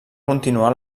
continuar